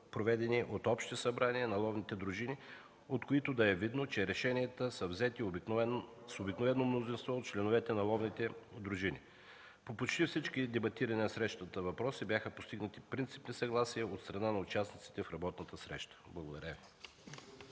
общи събрания на ловните дружини, от които да е видно, че решенията са взети с обикновено мнозинство от членовете на ловните дружини. По почти всички, дебатирани на срещата, въпроси бяха постигнати принципни съгласия от страна на участниците в работната среща. Благодаря.